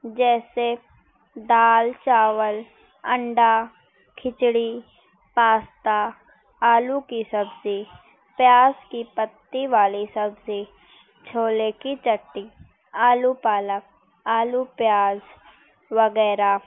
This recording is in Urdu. جیسے دال چاول انڈا کھچڑی پاستا آلو کی سبزی پیاز کی پتی والی سبزی چھولے کی چٹی آلو پالک آلو پیاز وغیرہ